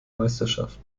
meisterschaft